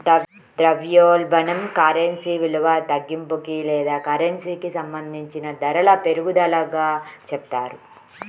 ద్రవ్యోల్బణం కరెన్సీ విలువ తగ్గింపుకి లేదా కరెన్సీకి సంబంధించిన ధరల పెరుగుదలగా చెప్తారు